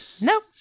Nope